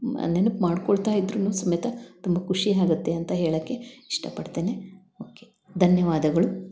ನೆನಪು ಮಾಡಿಕೊಳ್ತ ಇದ್ರು ಸಮೇತ ತುಂಬ ಖುಷಿ ಆಗತ್ತೆ ಅಂತ ಹೇಳೋಕೆ ಇಷ್ಟಪಡ್ತೇನೆ ಓಕೆ ಧನ್ಯವಾದಗಳು